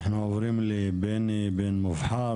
אנחנו עוברים לבני בן מובחר,